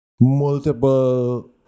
multiple